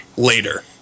later